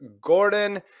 gordon